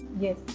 Yes